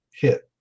hit